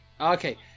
okay